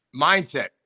mindset